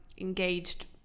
engaged